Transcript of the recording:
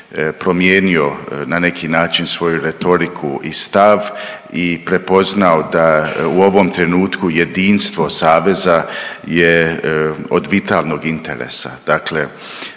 promijenio na neki način svoju retoriku i stav i prepoznao da u ovom trenutku jedinstvo saveza je od vitalnog interesa.